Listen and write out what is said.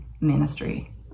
ministry